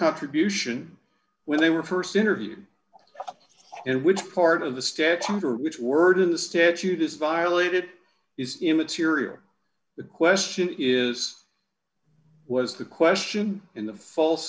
contribution where they were st interviewed and which part of the stats under which word in the statute is violated is immaterial the question is was the question in the false